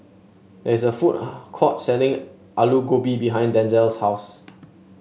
there is a food court selling Alu Gobi behind Denzell's house